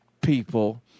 people